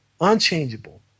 unchangeable